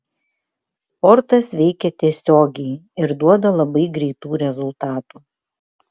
sportas veikia tiesiogiai ir duoda labai greitų rezultatų